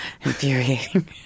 infuriating